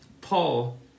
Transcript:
Paul